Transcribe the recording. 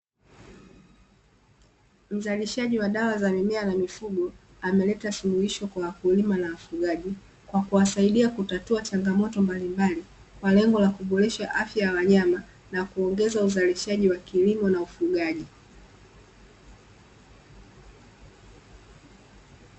Mzalishaji wa dawa za mimea na mifugo ameleta suluhisho kwa wakulima na wafugaji, kwa kuwasaidia kutatua changamoto mbalimbali kwa lengo la kuboresha afya ya wanyama na kuongeza uzalishaji wa kilimo na ufugaji.